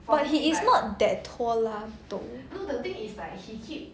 but he is not that 拖拉 though